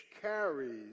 carries